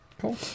Cool